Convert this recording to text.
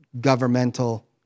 governmental